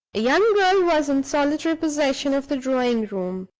a young girl was in solitary possession of the drawing-room.